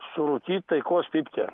surūkyt taikos pypkę